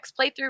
playthrough